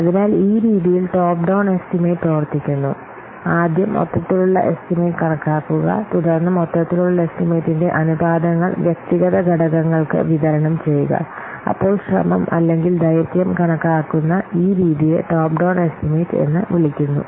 അതിനാൽ ഈ രീതിയിൽ ടോപ്പ് ഡൌൺ എസ്റ്റിമേറ്റ് പ്രവർത്തിക്കുന്നു ആദ്യം മൊത്തത്തിലുള്ള എസ്റ്റിമേറ്റ് കണക്കാക്കുക തുടർന്ന് മൊത്തത്തിലുള്ള എസ്റ്റിമേറ്റിന്റെ അനുപാതങ്ങൾ വ്യക്തിഗത ഘടകങ്ങൾക്ക് വിതരണം ചെയ്യുക അപ്പോൾ ശ്രമം അല്ലെങ്കിൽ ദൈർഘ്യം കണക്കാക്കുന്ന ഈ രീതിയെ ടോപ്പ് ഡൌൺ എസ്റ്റിമേറ്റ് എന്ന് വിളിക്കുന്നു